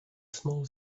small